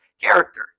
character